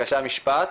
בחברה הערבית.